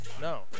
no